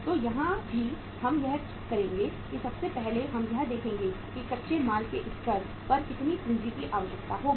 तो यहाँ भी हम यह करेंगे कि सबसे पहले हम यह देखेंगे कि कच्चे माल के स्तर पर कितनी पूंजी की आवश्यकता होगी